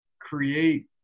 create